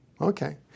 Okay